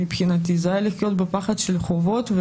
מבחינתי זה היה לחיות בפחד של חובות,